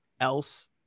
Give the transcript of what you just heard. else